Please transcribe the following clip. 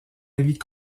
avis